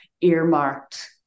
earmarked